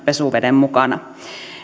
pesuveden mukana